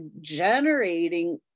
generating